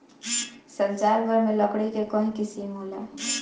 संसार भर में लकड़ी के कई किसिम होला